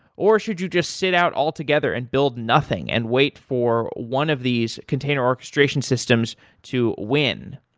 or should you just sit out altogether and build nothing and wait for one of these container orchestration systems to win?